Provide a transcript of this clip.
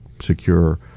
secure